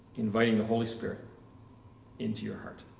inviting the holy spirit into your heart.